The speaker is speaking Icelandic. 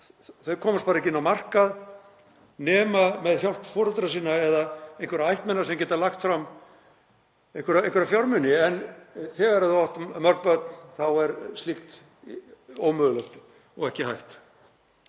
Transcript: Þau komast ekki inn á markað nema með hjálp foreldra sinna eða einhverra ættmenna sem geta lagt fram einhverja fjármuni. En þegar þú átt mörg börn þá er slíkt ómögulegt, ekki hægt.